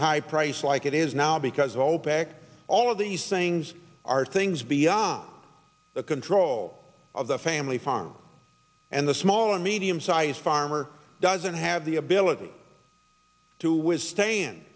high price like it is now because opec all of these things are things beyond the control of the family farm and the small and medium sized farmer doesn't have the ability to withstand